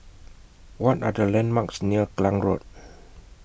What Are The landmarks near Klang Road